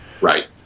Right